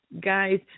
guys